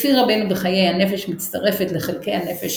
לפי רבנו בחיי הנפש מצטרפת לחלקי נפש